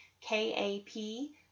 K-A-P